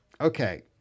Okay